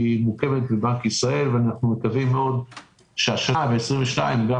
היא מורכבת מבנק ישראל ואנחנו מקווים מאוד שבשנת 2022 גם